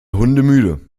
hundemüde